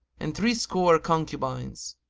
and threescore concubines,